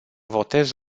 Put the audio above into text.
votez